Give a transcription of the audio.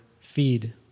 feed